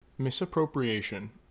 misappropriation